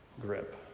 grip